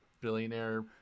billionaire